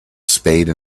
spade